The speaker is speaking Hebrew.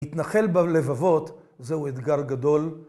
התנחל בלבבות זהו אתגר גדול.